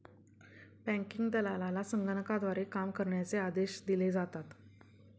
banking दलालाला संगणकाद्वारे काम करण्याचे आदेश दिले जातात